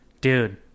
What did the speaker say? Dude